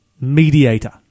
mediator